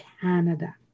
Canada